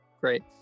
Great